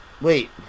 Wait